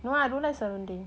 no lah I don't like serunding